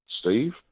Steve